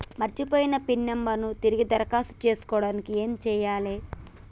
మర్చిపోయిన pin number ను తిరిగి దరఖాస్తు చేసుకోవడానికి ఏమి చేయాలే?